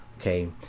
okay